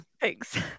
Thanks